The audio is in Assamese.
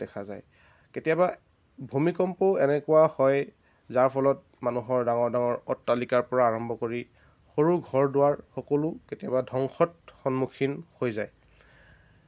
কেতিয়াবা ভূমিকম্পও এনেকুৱা হয় যাৰ ফলত মানুহৰ ডাঙৰ ডাঙৰ অট্টালিকাৰ পৰা আৰম্ভ কৰি সৰু ঘৰ দুৱাৰ সকলো কেতিয়াবা ধ্বংসৰ সন্মুখীন হৈ যায়